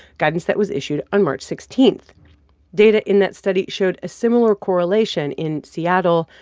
guidance that was issued on march sixteen. data in that study showed a similar correlation in seattle,